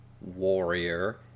warrior